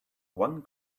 one